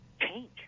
change